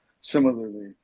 Similarly